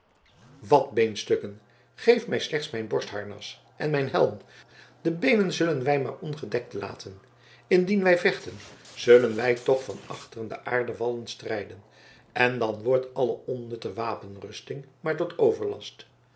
wat beenstukken geef mij slechts mijn borstharnas en mijn helm de beenen zullen wij maar ongedekt laten indien wij vechten zullen wij toch van achter de aarden wallen strijden en dan wordt alle onnutte wapenrusting maar tot overlast